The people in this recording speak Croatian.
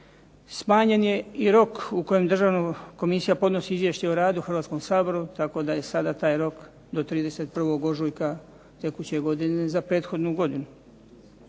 Smanjen je i rok u kojem državna komisija podnosi izvješće o radu Hrvatskom saboru, tako da je sada taj rok do 31. ožujka tekuće godine, za prethodnu godinu.